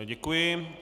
Děkuji.